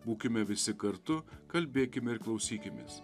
būkime visi kartu kalbėkime ir klausykimės